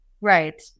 Right